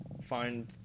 find